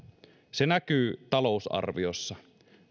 se näkyy talousarviossa